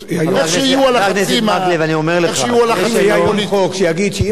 אם יש היום חוק שיגיד שאם עד ספטמבר 2013 הממשלה תכהן,